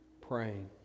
praying